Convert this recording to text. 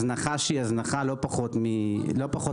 הזנחה שהיא לא פחות מפושעת.